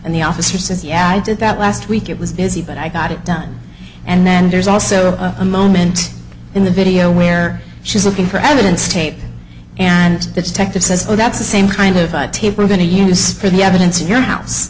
and the officer says yeah i did that last week it was busy but i got it done and then there's also a moment in the video where she's looking for evidence tape and the detective says oh that's the same kind of tape we're going to use for the evidence in your house